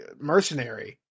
mercenary